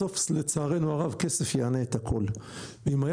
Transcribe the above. בסוף לצערנו הרב כסף יענה את הכול ואם היה